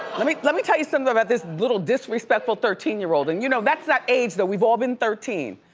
i mean let me tell you somethin' about this little disrespectful thirteen year old, and you know that's that age that we've all been thirteen.